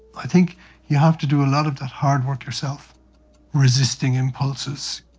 i think you have to do a lot of that hard work yourself resisting impulses,